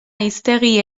hiztegi